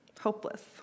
hopeless